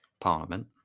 parliament